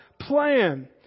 plan